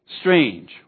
Strange